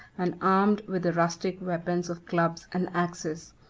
and armed with the rustic weapons of clubs and axes.